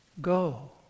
go